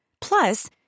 Plus